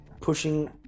pushing